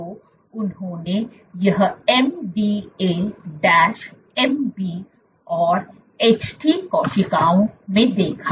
तो उन्होंने यह MDA MB और HT कोशिकाओं में देखा